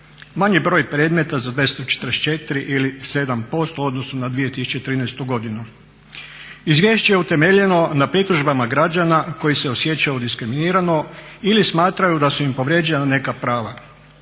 manji broj predmeta za 244 ili 7% u odnosu na 2013. godinu. Izvješće je utemeljeno na pritužbama građana koji se osjećaju diskriminirano ili smatraju da su im povrijeđena neka prava.